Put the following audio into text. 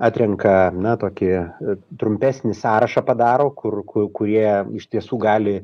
atrenka na tokį trumpesnį sąrašą padaro kur kui kurie iš tiesų gali